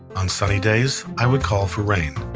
on sunny days, i would call for rain.